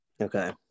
Okay